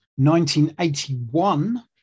1981